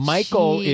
Michael